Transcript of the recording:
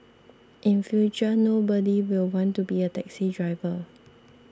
in future nobody will want to be a taxi driver